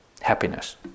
happiness